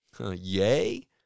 yay